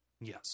yes